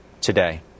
today